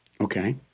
Okay